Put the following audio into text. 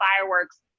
fireworks